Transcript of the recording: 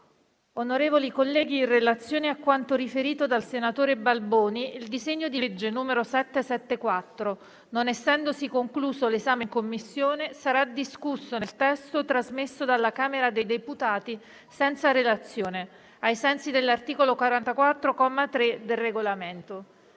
Onorevoli colleghi, in relazione a quanto riferito dal senatore Balboni, il disegno di legge n. 774, non essendosi concluso l'esame in Commissione, sarà discusso nel testo trasmesso dalla Camera dei deputati senza relazione, ai sensi dell'articolo 44, comma 3, del Regolamento.